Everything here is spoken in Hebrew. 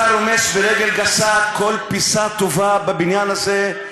אתה רומס ברגל גסה כל פיסה טובה בבניין הזה.